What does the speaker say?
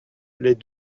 les